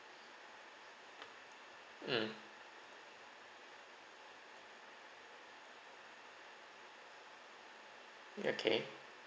mm ya okay